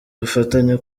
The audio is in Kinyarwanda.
ubufatanye